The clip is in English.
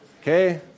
Okay